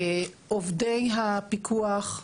עובדי הפיקוח,